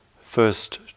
first